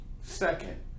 Second